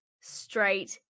straight